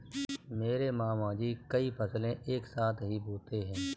मेरे मामा जी कई फसलें एक साथ ही बोते है